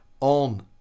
on